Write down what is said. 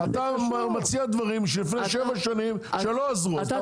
אתה מציע דברים שלפני שבע שנים לא עזרו ואתה